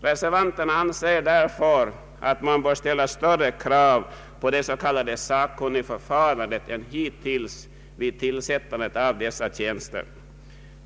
Reservanterna anser därför att större krav bör ställas på det sakkunnigförfarande som tillämpas vid tillsättandet av dessa tjänster än hittills.